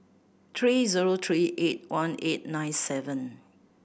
three zero three eight one eight nine seven